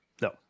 No